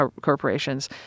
corporations